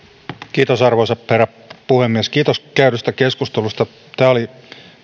kiitos arvoisa herra puhemies kiitos käydystä keskustelusta tämä oli